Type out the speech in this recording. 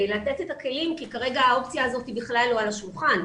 לתת את הכלים כי כרגע האופציה הזאת היא בכלל לא על השולחן.